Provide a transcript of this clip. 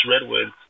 redwoods